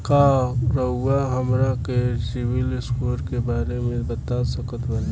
का रउआ हमरा के सिबिल स्कोर के बारे में बता सकत बानी?